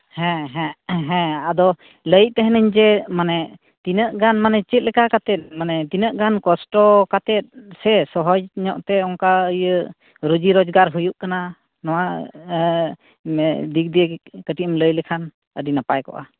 ᱦᱮᱸ ᱦᱮᱸ ᱦᱮᱸ ᱟᱫᱚ ᱞᱟᱹᱭᱮᱫ ᱛᱟᱦᱮᱸᱱᱟᱹᱧ ᱡᱮ ᱢᱟᱱᱮ ᱛᱤᱱᱟᱹᱜ ᱜᱟᱱ ᱢᱟᱱᱮ ᱪᱮᱫ ᱞᱮᱠᱟ ᱠᱟᱛᱮᱫ ᱢᱟᱱᱮ ᱛᱤᱱᱟᱹᱜ ᱜᱟᱱ ᱠᱚᱥᱴᱚ ᱠᱟᱛᱮᱫ ᱥᱮ ᱥᱚᱦᱚᱡ ᱧᱚᱜ ᱛᱮ ᱚᱱᱠᱟ ᱤᱭᱟᱹ ᱨᱩᱡᱤ ᱨᱚᱡᱽᱜᱟᱨ ᱦᱩᱭᱩᱜ ᱠᱟᱱᱟ ᱱᱚᱣᱟ ᱫᱤᱠ ᱫᱤᱭᱮ ᱜᱮ ᱠᱟᱹᱴᱤᱡ ᱮᱢ ᱞᱟᱹᱭ ᱞᱮᱠᱷᱟᱱ ᱟᱹᱰᱤ ᱱᱟᱯᱟᱭ ᱠᱚᱜᱼᱟ